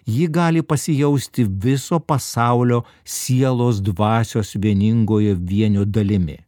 ji gali pasijausti viso pasaulio sielos dvasios vieningojo vienio dalimi